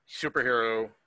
superhero